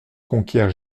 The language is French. conquiert